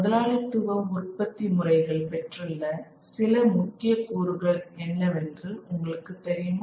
முதலாளித்துவ உற்பத்தி முறைகள் பெற்றுள்ள சில முக்கிய கூறுகள் என்னவென்று உங்களுக்கு தெரியுமா